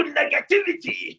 negativity